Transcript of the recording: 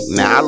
Now